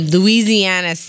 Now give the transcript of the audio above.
Louisiana